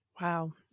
Wow